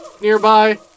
nearby